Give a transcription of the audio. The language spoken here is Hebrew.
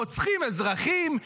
רוצחים אזרחים,